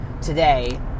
today